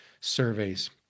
surveys